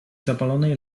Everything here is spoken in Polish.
zapalonej